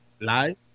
live